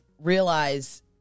realize